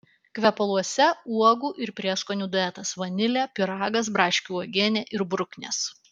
kvepaluose uogų ir prieskonių duetas vanilė pyragas braškių uogienė ir bruknės